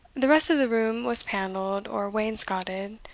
the rest of the room was panelled, or wainscotted,